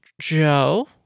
Joe